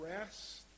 rest